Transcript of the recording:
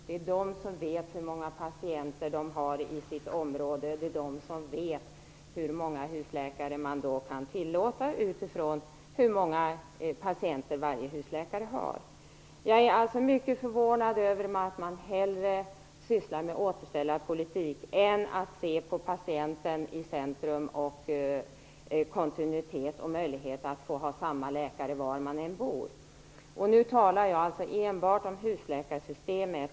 Det är landstingen som vet hur många patienter som finns inom det egna området. Det är landstingen som vet hur många husläkare som kan tillåtas utifrån det antal patienter som varje husläkare har. Jag är alltså mycket förvånad över att man hellre sysslar med återställarpolitik än ser till att patienten står i centrum och ser till kontinuiteten och till möjligheten att ha samma läkare var man än bor. Nu talar jag enbart om husläkarsystemet.